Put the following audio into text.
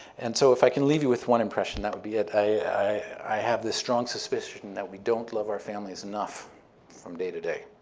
and so if i can leave you with one impression, that would be it. i have this strong suspicion that we don't love our families enough from day to day.